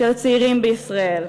של הצעירים בישראל,